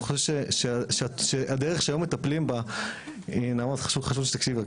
אני חושב שהדרך שהיום מטפלים בה נעמה חשוב שתקשיבי.